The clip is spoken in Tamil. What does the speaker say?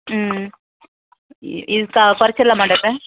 ம் இ இருக்கா குறைச்சர்லாமா டாக்டர்